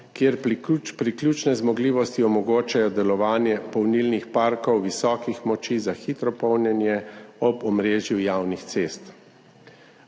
kjer priključne zmogljivosti omogočajo delovanje polnilnih parkov visokih moči za hitro polnjenje ob omrežju javnih cest.